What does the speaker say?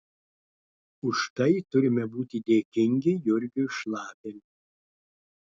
už tai turime būti dėkingi jurgiui šlapeliui